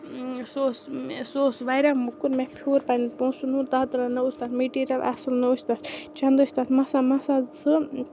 سُہ اوس سُہ اوس واریاہ موٚکُر مےٚ پھیوٗر پنٛنٮ۪ن پونٛسَن ہُنٛد تَتھ درٛاو نہ اوس تَتھ میٹیٖریل اَصٕل نہ ٲسۍ تَتھ چَند ٲسۍ تَتھ مَسا مَسا زٕ